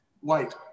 white